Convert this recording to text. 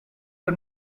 her